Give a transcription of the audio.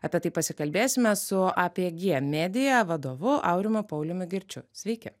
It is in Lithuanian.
apie tai pasikalbėsime su apg media vadovu aurimu pauliumi girčiu sveiki